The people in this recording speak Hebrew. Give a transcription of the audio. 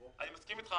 אני מסכים אתך.